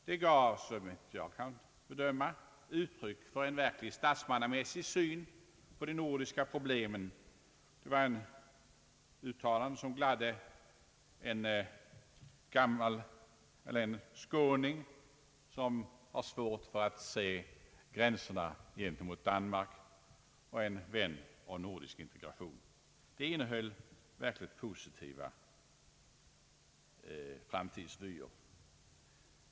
Det gav, såvitt jag kan bedöma, uttryck för en verkligt statsmannamässig syn på de nordiska problemen som gladde en skåning, som har svårt att se gränserna mot Danmark och är en vän av nordisk integration. Talet innehöll verkligt positiva framtidsvyer.